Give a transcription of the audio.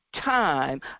time